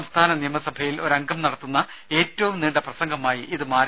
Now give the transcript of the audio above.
സംസ്ഥാന നിയമസഭയിൽ ഒരംഗം നടത്തുന്ന ഏറ്റവും നീണ്ട പ്രസംഗമായി ഇതു മാറി